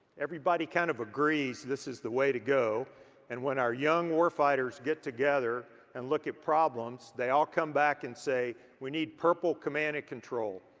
everybody kind of agrees this is the way to go and when our young war fighters get together and look at problems they all come back and say, we need purple command and control.